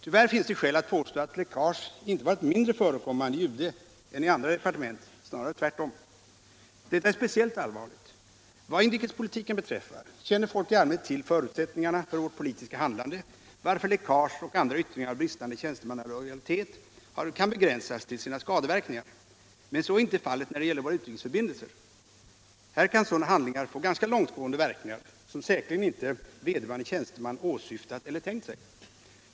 Tyvärr finns det skäl att påstå att läckage inte varit mindre förekommande i UD än i andra departement, snarare tvärtom. Detta är speciellt allvarligt. Vad inrikespolitiken beträffar känner folk i allmänhet till förutsättningarna för vårt politiska handlande, varför läckage och andra yttringar av bristande tjänstemannalojalitet kan begränsas till sina skadeverkningar. Men så är inte fallet när det gäller våra utrikesförbindelser. Här kan sådana handlingar få ganska långtgående verkningar, som säkerligen inte vederbörande tjänsteman åsyftat eller tänkt sig.